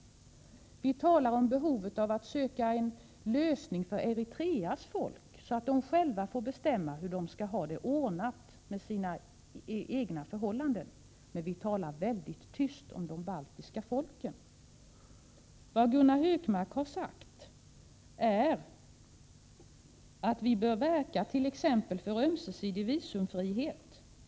Vi talar om behovet av att söka en lösning för Eritreas folk så att de själva får bestämma hur de skall ha det ordnat med sina egna förhållanden. Men vi talar väldigt tyst om de baltiska folken. Vad Gunnar Hökmark har sagt är bl.a. att vi bör verka för en ömsesidig visumfrihet.